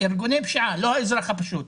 ארגוני פשיעה, לא האזרח הפשוט,